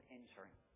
entering